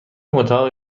اتاق